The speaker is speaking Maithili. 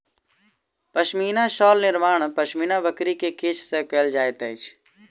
पश्मीना शाल निर्माण पश्मीना बकरी के केश से कयल जाइत अछि